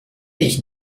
dich